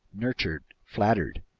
nurtured, flattered,